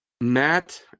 Matt